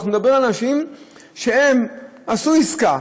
אנחנו מדברים על אנשים שעשו עסקה